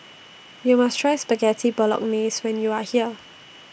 YOU must Try Spaghetti Bolognese when YOU Are here